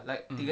mm